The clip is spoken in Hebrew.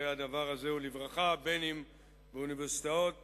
אם באוניברסיטאות